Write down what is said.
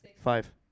five